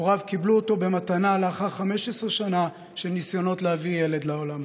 והוריו קיבלו אותו במתנה לאחר 15 שנה של ניסיונות להביא ילד לעולם,